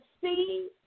see